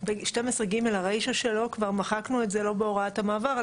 12(ג) הרישה שלו כבר מחקנו את זה לא בהוראת המעבר,